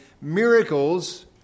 miracles